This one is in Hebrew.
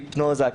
קצת היפנוזה,